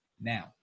Now